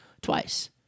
twice